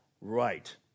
Right